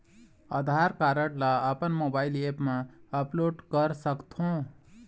आधार card ला अपन mobile app मा अपलोड कर सकथों?